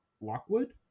Lockwood